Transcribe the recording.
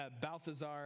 Balthazar